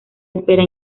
espera